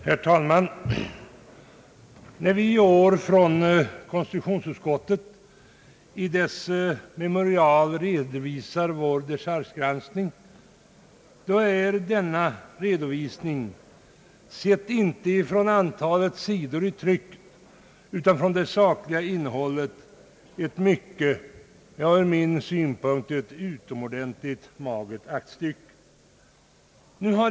Herr talman! När vi i år från konstitutionsutskottet i memorial nr 18 re dovisar vår dechargegranskning är denna redovisning, sett mot bakgrund inte av antalet sidor i tryck utan det sakliga innehållet, ett mycket magert, ja, ur min synpunkt utomordentligt magert aktstycke.